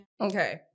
Okay